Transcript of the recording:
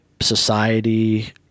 society